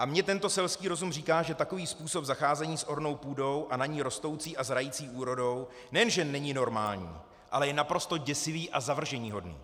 A mně tento selský rozum říká, že takový způsob zacházení s ornou půdou a na ní rostoucí a zrající úrodou nejenže není normální, ale je naprosto děsivý a zavrženíhodný.